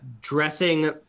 dressing